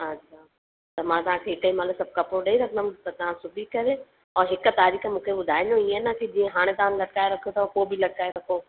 अच्छा त मां तव्हांखे तंहिं महिल सभु कपिड़ो ॾई रखंदमि त तव्हां सिबी करे औरि हिकु तारीख़ मूंखे ॿुधाइजो हीअं न की जीअं हाणे तव्हां लटकाए रखियो अथव पोइ बि लटकाए रखो